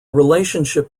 relationship